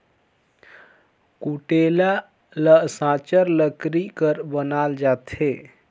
कुटेला ल साचर लकरी कर बनाल जाथे